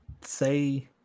say